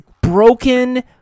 broken